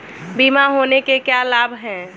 बीमा होने के क्या क्या लाभ हैं?